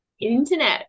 internet